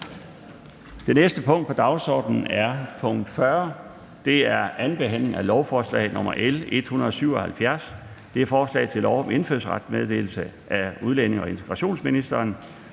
Det næste punkt på dagsordenen er: 40) 2. behandling af lovforslag nr. L 177: Forslag til lov om indfødsrets meddelelse. Af udlændinge- og integrationsministeren